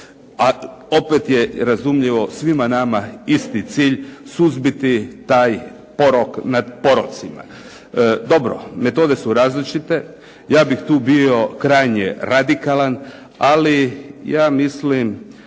opet je razumljivo svima nama isti cilj, suzbiti taj porok nad porocima. Dobro, metode su različite. Ja bih tu bio krajnje radikalan. Ali ja mislim,